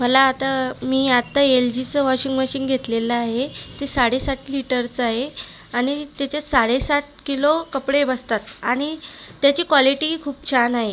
मला आता मी आत्ता एलजीचं वॉशिंग मशीन घेतलेलं आहे ते साडे सात लीटरचं आहे आणि त्याच्यात साडे सात किलो कपडे बसतात आणि त्याची क्वालिटी खूप छान आहे